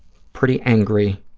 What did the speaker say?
pretty angry,